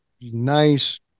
nice